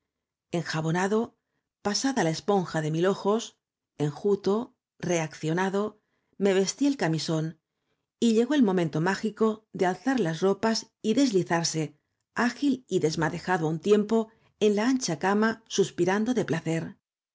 enjabonado pasada a esponja de mil ojos enjuto reaccionado me vestí el camisón y llegó el momento mágico de alzar las ropas y deslizarse ágil y desmadejado á un tiempo en el ancha cama suspirando de placer